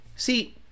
See